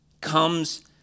comes